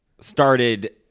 started